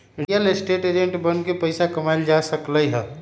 real estate agent बनके पइसा कमाएल जा सकलई ह